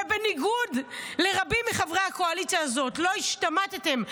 ובניגוד לרבים מחברי הקואליציה הזאת לא השתמטתם,